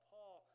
Paul